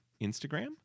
Instagram